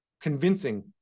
convincing